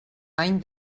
any